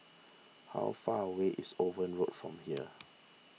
how far away is Owen Road from here